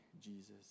Jesus